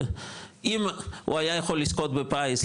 אם הוא היה יכול לזכות בפיס,